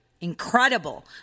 Incredible